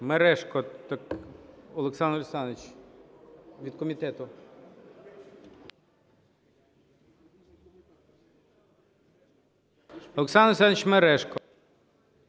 Мережко Олександр Олександрович від комітету. Олександр Олександрович Мережко.